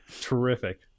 Terrific